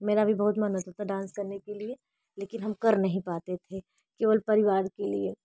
मेरा भी बहुत मन होता था डांस करने के लिए लेकिन हम कर नही पाते थे केवल परिवार के लिए